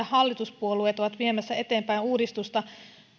hallituspuolueet ovat viemässä eteenpäin uudistusta